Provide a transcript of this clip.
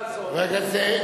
אשמים.